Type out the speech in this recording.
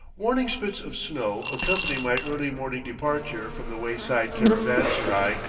warning spits of snow accompany my early morning departure from the wayside caravanserai,